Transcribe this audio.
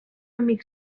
amic